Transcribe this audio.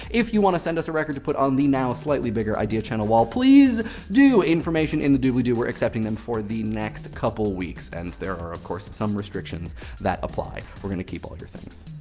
if you want to send us a record to put on the now slightly bigger idea channel wall, please do. information in the doobly doo. we're accepting them for the next couple weeks. and there are, of course, some restrictions that apply. we're gonna keep all your things.